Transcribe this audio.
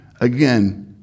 Again